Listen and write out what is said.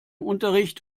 unterricht